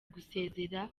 gusezera